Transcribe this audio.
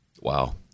Wow